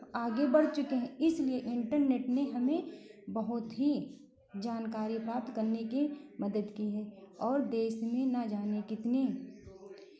आगे बढ़ चुके हैं इसलिए इंटरनेट ने हमें बहुत ही जानकारी प्राप्त करने की मदद की है और देश में ना जाने कितने